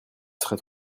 serait